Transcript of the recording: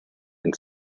and